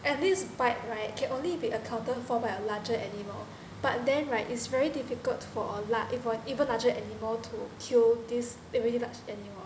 and this bite right can only be accounted for by a larger animal but then right is very difficult for a large for an even larger animal to kill this really large animal